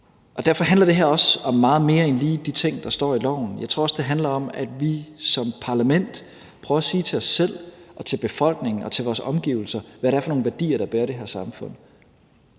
er. Derfor handler det her også om meget mere end lige de ting, der står i loven. Jeg tror også, det handler om, at vi som parlament prøver at sige til os selv, til befolkningen og til vores omgivelser, hvad det er for nogle værdier der bærer det her samfund.